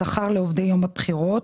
שכר לעובדי יום הבחירות,